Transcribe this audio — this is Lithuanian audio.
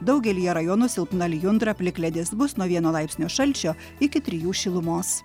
daugelyje rajonų silpna lijundra plikledis bus nuo vieno laipsnio šalčio iki trijų šilumos